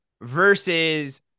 versus